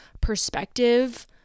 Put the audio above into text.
perspective